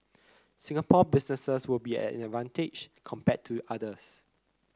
Singapore businesses will be at an advantage compared to others